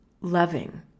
loving